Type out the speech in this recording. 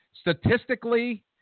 statistically –